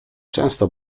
często